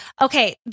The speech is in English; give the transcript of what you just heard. Okay